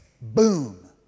Boom